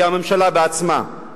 היא הממשלה בעצמה.